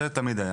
זה תמיד.